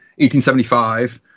1875